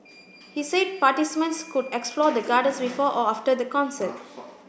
he said participants could explore the Gardens before or after the concert